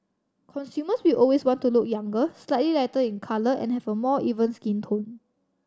consumers will always want to look younger slightly lighter in colour and have a more even skin tone